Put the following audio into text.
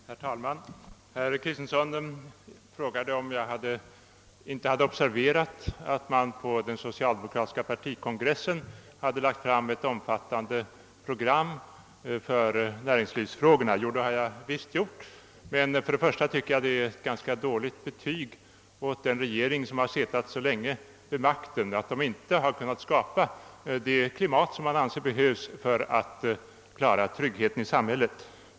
Herr talman! Herr Kristensson frågade om jag inte hade observerat att man på den socialdemokratiska partikongressen lagt fram ett omfattande program för näringslivsfrågor. Jo, det har jag gjort, men för det första tycker jag att det är ett ganska dåligt betyg åt den regering som suttit så länge vid makten att den inte kunnat skapa det klimat som man anser behövs för att åstakomma trygghet i samhället.